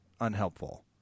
unhelpful